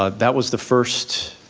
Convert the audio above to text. ah that was the first,